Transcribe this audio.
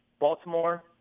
Baltimore